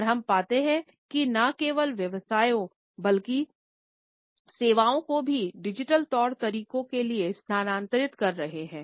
और हम पाते हैं कि न केवल व्यवसायों बल्कि सेवाओं को भी डिजिटल तौर तरीकों के लिए स्थानांतरित कर रहे हैं